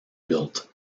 built